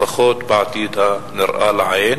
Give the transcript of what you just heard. לפחות בעתיד הנראה לעין.